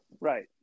right